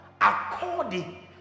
according